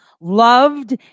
loved